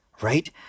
right